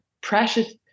precious